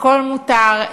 הכול מותר,